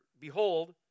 Behold